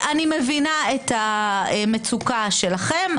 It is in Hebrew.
אני מבינה את המצוקה שלכם,